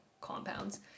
compounds